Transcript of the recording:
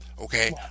Okay